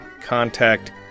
contact